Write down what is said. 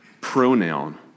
pronoun